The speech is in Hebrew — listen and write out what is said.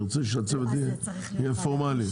אני רוצה שהצוות יהיה פורמלי.